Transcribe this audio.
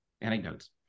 anecdotes